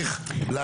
זה